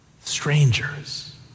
Strangers